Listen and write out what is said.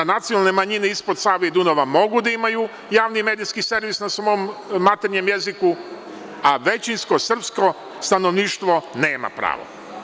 Nacionalne manjine ispod Save i Dunava mogu da imaju javnim medijski servis na svom maternjem jeziku, a većinsko srpsko stanovništvo nema pravo.